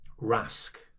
Rask